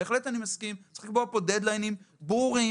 צריך לקבוע דד ליין ברור.